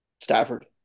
Stafford